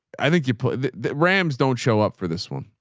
i think you put the rams, don't show up for this one.